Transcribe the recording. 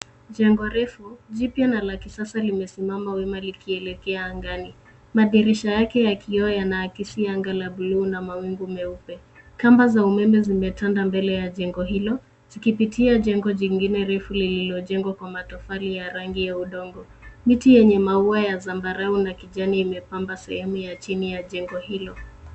Jengo refu jipya na la kisasa limesimama wima likielekea angani. Madirisha yake yakiwa yanaakisi anga la bluu na mawingu meupe. Kamba za umeme zimetanda mbele ya jengo hilo zikipitia jengo jingine refu lililojengwa kwa matofali ya rangi ya udongo. Miti yenye maua ya zambarau na kijani imepamba sehemu ya chini ya jengo hilo.